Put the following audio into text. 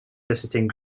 visiting